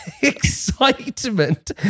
excitement